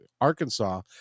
Arkansas